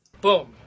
Boom